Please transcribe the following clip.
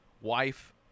wife